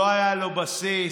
לא היה לו בסיס,